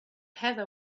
heather